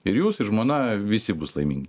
ir jūs žmona visi bus laimingi